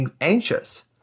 anxious